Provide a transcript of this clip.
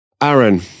Aaron